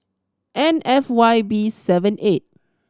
N F Y B seven eight